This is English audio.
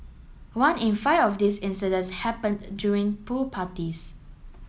one in five of this incidents happened during pool parties